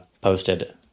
posted